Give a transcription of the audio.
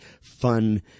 fun